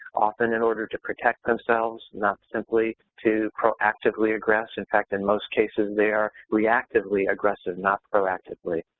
often in order to protect themselves, not simply to proactively aggress. in fact, in most cases they are reactively aggressive, not proactively,